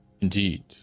Indeed